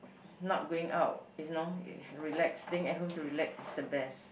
not going out is know relax staying at home to relax is the best